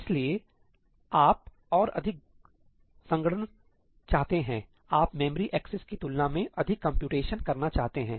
इसलिए आप और अधिक संगणना चाहते हैं आप मेमोरी एक्सेस की तुलना में अधिक कम्प्यूटेशन करना चाहते हैं